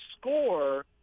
score